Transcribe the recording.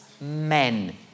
men